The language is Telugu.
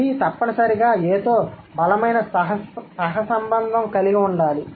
B తప్పనిసరిగా Aతో బలమైన సహసంబంధం కలిగి ఉండాలి